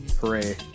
Hooray